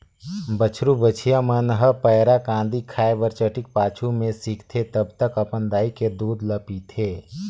बछरु बछिया मन ह पैरा, कांदी खाए बर चटिक पाछू में सीखथे तब तक अपन दाई के दूद ल पीथे